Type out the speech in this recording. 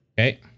Okay